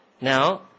Now